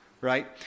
right